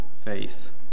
faith